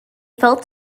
felt